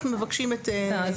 שם אנחנו מבקשים את האישור.